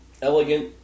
Elegant